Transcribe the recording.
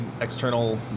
external